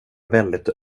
väldigt